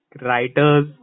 writers